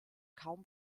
kaum